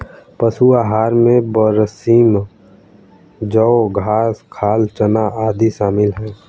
पशु आहार में बरसीम जौं घास खाल चना आदि शामिल है